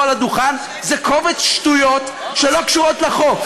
על הדוכן זה קובץ שטויות שלא קשורות לחוק.